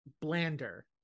blander